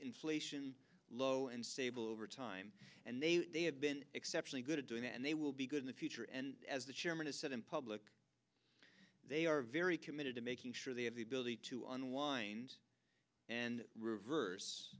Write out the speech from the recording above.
inflation low and stable over time and they have been exceptionally good at doing that and they will be good in the future and as the chairman has said in public they are very committed to making sure they have the ability to unwind and reverse